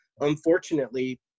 unfortunately